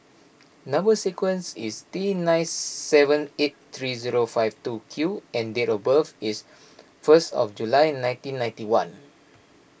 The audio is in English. Number Sequence is T nine seven eight three zero five two Q and date of birth is fist of July nineteen ninety one